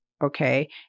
Okay